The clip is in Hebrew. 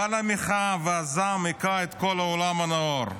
גל המחאה והזעם הכה את כל העולם הנאור.